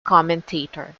commentator